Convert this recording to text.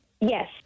Yes